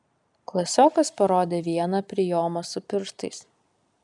klasiokas parodė vieną prijomą su pirštais